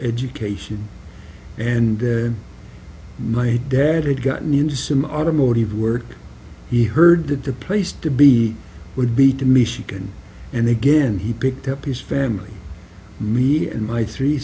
education and my dad had gotten into some automotive work he heard that the place to be would be to michigan and again he picked up his family me and my three